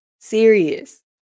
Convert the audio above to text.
serious